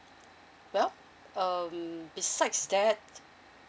well um besides that